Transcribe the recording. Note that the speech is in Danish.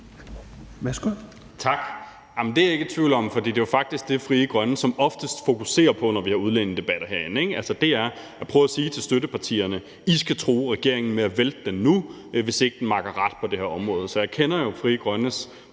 Valentin (SF): Det er jeg ikke i tvivl om, for det er jo faktisk det, Frie Grønne som oftest fokuserer på, når vi har udlændingedebatter herinde, altså at prøve at sige til støttepartierne: I skal true regeringen med at vælte den nu, hvis ikke den makker ret på det her område. Så jeg kender jo Frie Grønnes